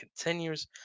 continues